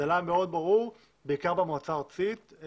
זה היה מאוד ברור בעיקר במועצה הארצית.